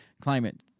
climate